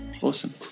awesome